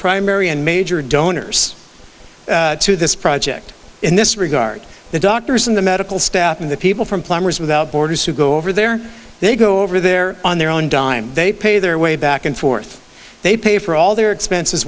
primary and major donors to this project in this regard the doctors and the medical staff and the people from plumbers without borders who go over there they go over there on their own dime they pay their way back and forth they pay for all their expenses